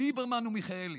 ליברמן ומיכאלי: